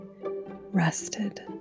rested